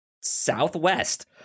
Southwest